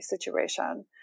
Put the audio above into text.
situation